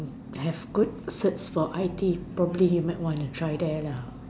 have good certs for I_T probably you might want to try there lah